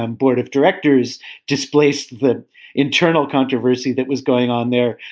um board of directors displaced the internal controversy that was going on there,